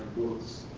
was.